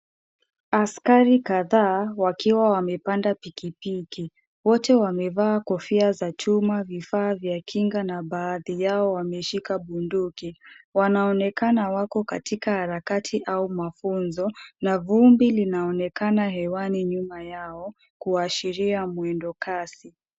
Askari kadhaa wakiwa wamepanda pikipiki, wote wamevaa kofia za chuma, vifaa vya kinga na baadhi yao wameshika bunduki. Wanaonekana wako katika harakati au mafunzo na vumbi linaonekana hewani nyuma yao kuashiria mwendo kasi.